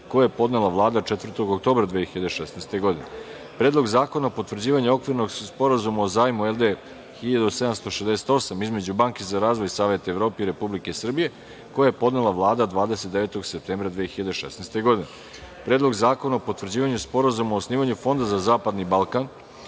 koji je podnela Vlada 4. oktobra 2016. godine i Predlogu zakona o potvrđivanju okvirnog sporazuma o zajmu LD 1768 između Banke za razvoj Saveta Evrope i Republike Srbije, koji je podnela Vlada 29. septembra 2016. godine; Predlog zakona o potvrđivanju sporazuma o osnivanju fonda za zapadni Balkan